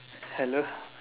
hello